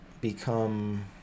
Become